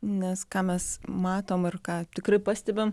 nes ką mes matom ir ką tikrai pastebim